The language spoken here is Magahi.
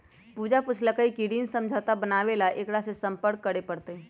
पूजा पूछल कई की ऋण समझौता बनावे ला केकरा से संपर्क करे पर तय?